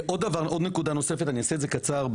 נקודה נוספת ואעשה את זה קצר,